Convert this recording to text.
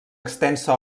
extensa